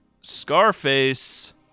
Scarface